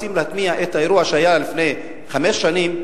רוצים להטמיע את האירוע שהיה לפני חמש שנים,